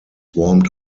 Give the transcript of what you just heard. warmed